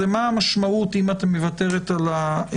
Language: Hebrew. והוא מה המשמעות אם את מוותרת על החיסיון.